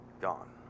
gone